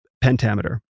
pentameter